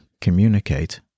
communicate